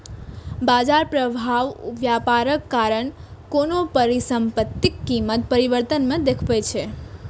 बाजार प्रभाव व्यापारक कारण कोनो परिसंपत्तिक कीमत परिवर्तन मे देखबै छै